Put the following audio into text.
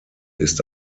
ist